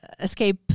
escape